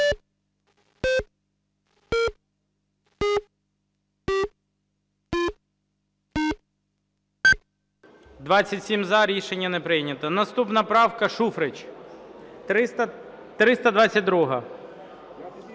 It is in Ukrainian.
За-27 Рішення не прийнято. Наступна правка, Шуфрич, 322-а.